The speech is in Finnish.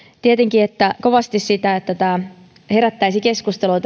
tietenkin kovasti sitä että tämä uusi ylioppilastutkintolaki herättäisi keskustelua